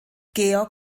georg